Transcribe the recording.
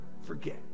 forget